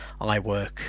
iWork